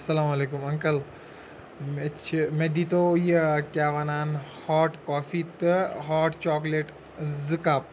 اَسَلامُ علیکُم انکَل مےٚ چھِ مےٚ دیٖتو یہِ کیٛاہ وَنان ہاٹ کافی تہٕ ہاٹ چاکلیٹ زٕ کَپ